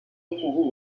étudie